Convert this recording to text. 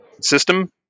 system